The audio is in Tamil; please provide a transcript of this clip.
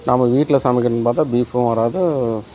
நம்ம வீட்டில் சமைக்கணுன் பார்த்தா பீஃபும் வராது